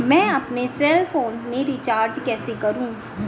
मैं अपने cell phone में रिचार्ज कैसे करूँ?